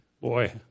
Boy